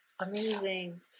amazing